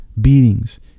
beatings